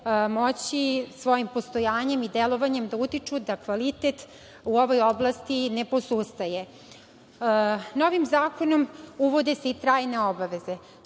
moći svojim postojanjem i delovanjem da utiču da kvalitet u ovoj oblasti ne posustaje. Novim zakonom uvode se i trajne dozvole.